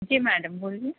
جی madam بولیے